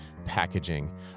packaging